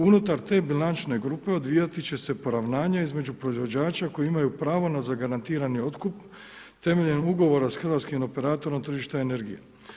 Unutar te bilančne grupe odvijati će se poravnanje između proizvođača koji imaju pravo na zagarantirani otkup temeljem ugovora sa hrvatskim operatorom tržišta energije.